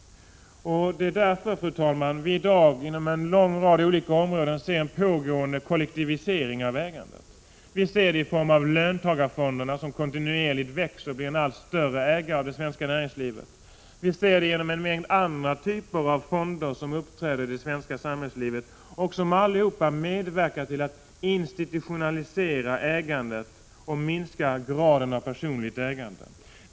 Det är därför, fru talman, som vi i dag inom en lång rad olika områden ser en pågående kollektivisering av ägandet. Vi ser det i form av löntagarfonder na som kontinuerligt växer och blir allt större ägare i det svenska näringslivet. Vi ser det i form av en mängd andra typer av fonder som uppträder i det svenska samhällslivet och som alla medverkar till att institutionalisera ägandet och minska graden av personligt ägande.